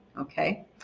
Okay